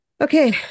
Okay